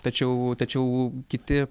tačiau tačiau kiti